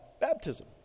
baptism